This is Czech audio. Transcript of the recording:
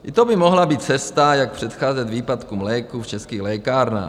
I to by mohla být cesta, jak předcházet výpadkům léků v českých lékárnách.